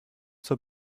zur